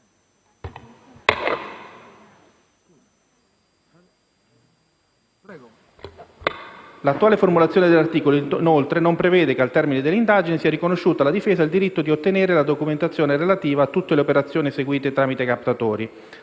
L'attuale formulazione dell'articolo, inoltre, non prevede che, al termine delle indagini, sia riconosciuto alla difesa il diritto di ottenere la documentazione relativa a tutte le operazioni eseguite tramite captatori,